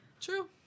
True